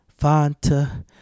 Fanta